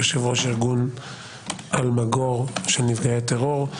יושב-ראש ארגון אלמגור של נפגעי הטרור.